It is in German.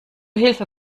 hilfe